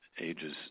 ages